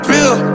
Real